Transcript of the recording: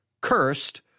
cursed